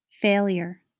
failure